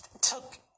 took